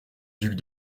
duc